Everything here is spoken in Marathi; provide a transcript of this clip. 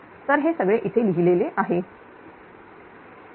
तर हे सगळे इथे लिहिलेले आहे